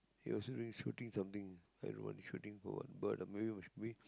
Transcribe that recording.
he also doing shooting something i don't know what he shooting for what but I'm will we